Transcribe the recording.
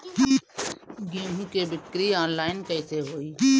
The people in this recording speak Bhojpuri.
गेहूं के बिक्री आनलाइन कइसे होई?